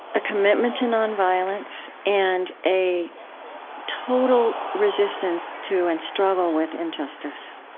a commitment to nonviolence and a total resistance to and struggle with injustice.